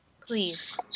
Please